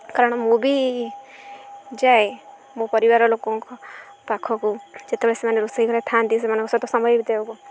କାରଣ ମୁଁ ବି ଯାଏ ମୋ ପରିବାର ଲୋକଙ୍କ ପାଖକୁ ଯେତେବେଳେ ସେମାନେ ରୋଷେଇ ଘରେ ଥାଆନ୍ତି ସେମାନଙ୍କ ସହିତ ସମୟ ବିିତାଇବାକୁ